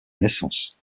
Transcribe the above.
naissance